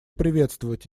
приветствовать